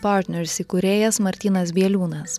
partners įkūrėjas martynas bieliūnas